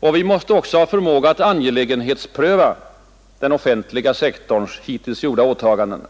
Vi måste också ha förmåga att angelägenhetspröva den offentliga sektorns hittills gjorda åtaganden.